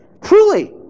Truly